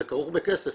זה כרוך בכסף,